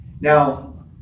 Now